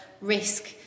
risk